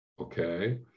Okay